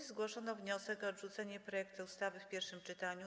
W dyskusji zgłoszono wniosek o odrzucenie projektu ustawy w pierwszym czytaniu.